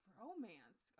romance